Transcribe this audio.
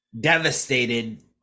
devastated